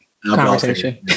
Conversation